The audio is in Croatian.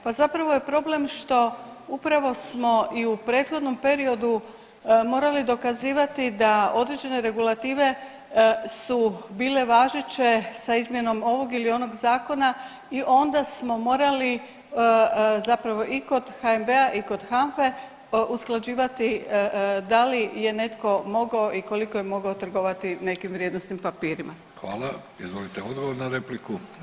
Pa zapravo je problem što upravo smo i u prethodnom periodu morali dokazivati da određene regulative su bile važeće sa izmjenom ovog ili onog zakona i onda smo morali zapravo i kod HNB-a i kod HANFA-e usklađivati da li je netko mogao i koliko je mogao trgovati nekim vrijednosnim papirima.